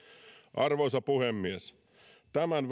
arvoisa puhemies tämän